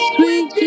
Sweet